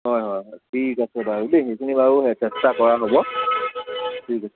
হয় হয় হয় ঠিক আছে বাৰু দেই সেইখিনি বাৰু চেষ্টা কৰা হ'ব ঠিক আছে